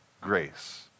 grace